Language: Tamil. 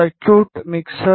circuit mixer